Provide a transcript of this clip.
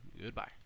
Goodbye